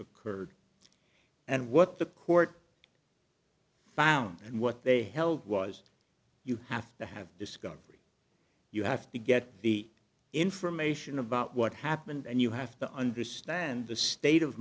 occurred and what the court found and what they held was you have to have discovery you have to get the information about what happened and you have to understand the state of